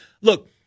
Look